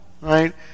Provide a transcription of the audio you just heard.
right